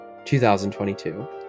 2022